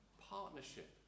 Partnership